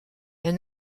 elle